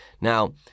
Now